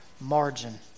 margin